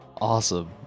Awesome